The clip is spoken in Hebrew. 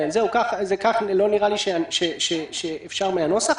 לא נראה לי שזה אפשרי מהנוסח.